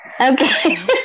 Okay